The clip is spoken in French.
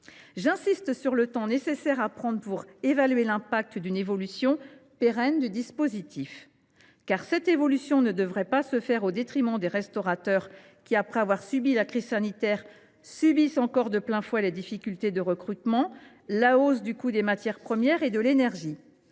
J’insiste sur le temps qui est nécessaire pour évaluer l’impact d’une évolution pérenne du dispositif. En effet, cette évolution ne devrait pas se faire au détriment des restaurateurs qui, après avoir subi la crise sanitaire, subissent encore de plein fouet les difficultés de recrutement, ainsi que la hausse du coût des matières premières et de l’énergie.